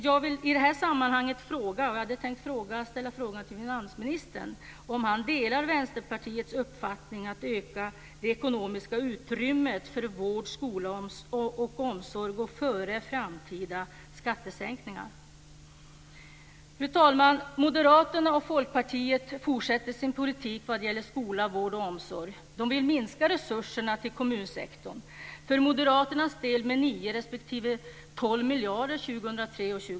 Jag hade i det här sammanhanget tänkt fråga finansministern om han delar Vänsterpartiets uppfattning att en ökning av det ekonomiska utrymmet för vård, skola och omsorg går före framtida skattesänkningar. Fru talman! Moderaterna och Folkpartiet fortsätter sin politik vad gäller skola, vård och omsorg.